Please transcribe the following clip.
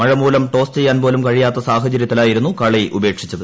മഴ്മൂലം toss ചെയ്യാൻ പോലും കഴിയാത്ത സാഹചര്യത്തിലായിരുന്നു കളി ഉപേക്ഷിച്ചത്